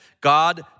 God